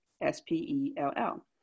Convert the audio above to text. S-P-E-L-L